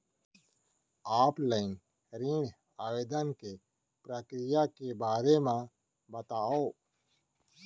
Offline ऋण आवेदन के प्रक्रिया के बारे म बतावव?